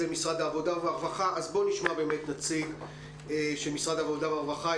אז בואו נשמע באמת נציג של משרד העבודה והרווחה,